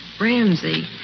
Ramsey